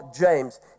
James